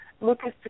Lucas